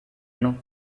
know